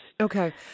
Okay